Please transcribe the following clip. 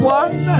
one